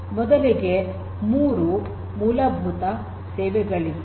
ಮೊದಲಿಗೆ ಮೂರು ಮೂಲಭೂತ ಸೇವೆಗಳಿದ್ದವು